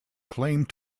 claimed